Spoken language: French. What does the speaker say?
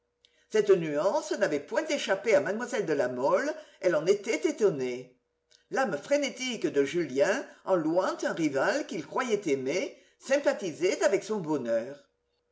cette nuance n'avait point échappé à mlle de la mole elle en était étonnée l'âme frénétique de julien en louant un rival qu'il croyait aimé sympathisait avec son bonheur